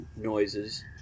noises